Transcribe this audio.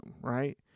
right